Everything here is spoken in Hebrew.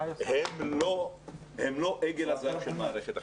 הן לא עגל הזהב של מערכת החינוך,